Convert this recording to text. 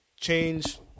change